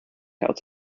out